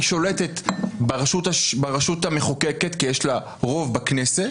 היא שולטת ברשות המחוקקת כי יש לה רוב בכנסת